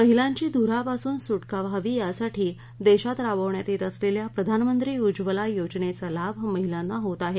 महिलांची धुरापासून सुटका व्हावी यासाठी देशात राबवण्यात येत असलेल्या प्रधानमंत्री उज्वला योजनेचा लाभ महिलांना होत आहे